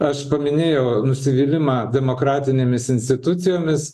aš paminėjau nusivylimą demokratinėmis institucijomis